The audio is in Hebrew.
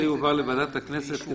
זה יובא לוועדת הכנסת,